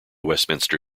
westminster